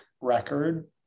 record